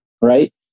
right